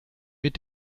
mit